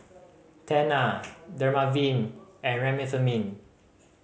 Tena Dermaveen and Remifemin